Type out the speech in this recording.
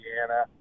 Indiana